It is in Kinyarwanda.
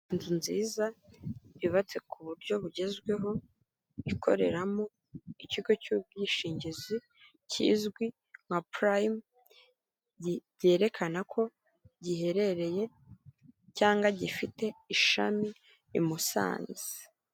Inzu nziza yubatse ku buryo bugezweho, ikoreramo ikigo cy'ubwishingizi kizwi nka purayime ryerekana ko giherereye cyangwa gifite ishami i Musanze.